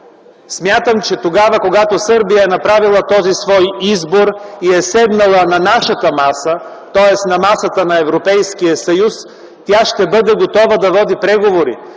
Смятам, че тогава, когато Сърбия е направила този свой избор и е седнала на нашата маса, тоест на масата на Европейския съюз, тя ще бъде готова да води преговори.